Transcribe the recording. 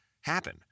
happen